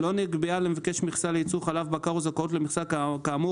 לא נקבעה למבקש מכסה לייצור חלב בקר או זכאות למכסה כאמור,